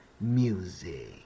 music